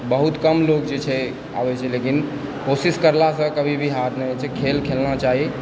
बहुत कम लोग जे छै आबै छै लेकिन कोशिश करलासँ कभी भी हार नहि होइ छै खेल खेलना चाही